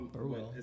Burwell